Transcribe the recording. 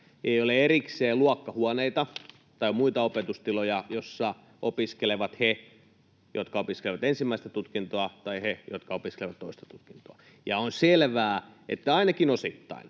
ei ole erikseen luokkahuoneita tai muita opetustiloja, joissa opiskelevat he, jotka opiskelevat ensimmäistä tutkintoa tai he, jotka opiskelevat toista tutkintoa, niin on selvää, että ainakin osittain